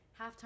halftime